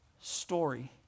story